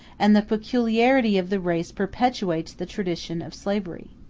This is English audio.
and the peculiarity of the race perpetuates the tradition of slavery.